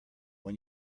when